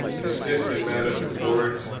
consisted in matters of words,